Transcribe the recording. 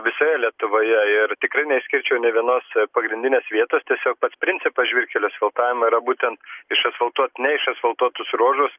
visoje lietuvoje ir tikrai neišskirčiau nė vienos pagrindinės vietos tiesiog pats principas žvyrkelių asfaltavimo yra būtent išasfaltuot neišasfaltuotus ruožus